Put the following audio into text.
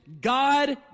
God